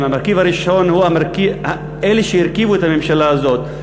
המרכיב הראשון הוא אלה שהרכיבו את הממשלה הזאת: